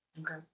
Okay